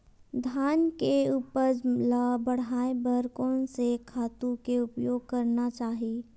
धान के उपज ल बढ़ाये बर कोन से खातु के उपयोग करना चाही?